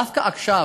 דווקא עכשיו,